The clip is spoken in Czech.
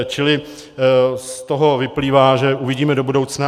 Čili z toho vyplývá, že uvidíme do budoucna.